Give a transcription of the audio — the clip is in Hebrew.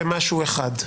זה משהו אחד.